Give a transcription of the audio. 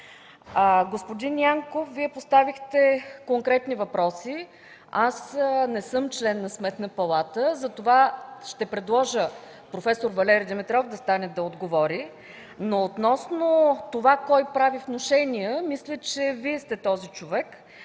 Господин Янков, Вие поставихте конкретни въпроси. Аз не съм член на Сметната палата, затова ще предложа проф. Валери Димитров да отговори. Относно това кой прави внушения? Мисля, че Вие сте този човек.